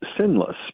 sinless